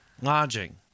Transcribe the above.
lodging